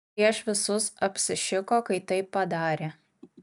prieš visus apsišiko kai taip padarė